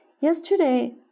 Yesterday